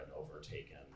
overtaken